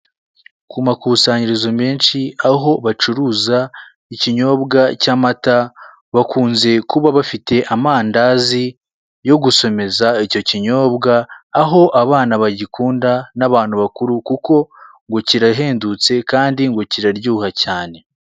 Ku makusanyirizo menshi aho bacuruza ikinyobwa cy'amata, bakunze kuba bafite amandazi yo gusomeza icyo kinyobwa, aho abana bagikunda n'abantu bakuru kuko ngo kirahendutse kandi ngo kiraryoha cyane.